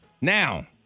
Now